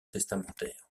testamentaire